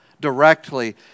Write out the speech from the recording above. directly